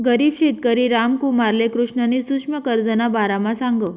गरीब शेतकरी रामकुमारले कृष्णनी सुक्ष्म कर्जना बारामा सांगं